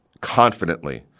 confidently